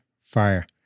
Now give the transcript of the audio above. fire